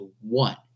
one